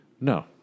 No